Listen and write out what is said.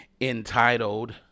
entitled